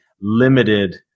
limited